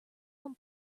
one